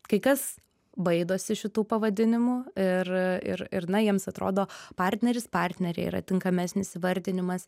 kai kas baidosi šitų pavadinimų ir ir ir na jiems atrodo partneris partnerė yra tinkamesnis įvardinimas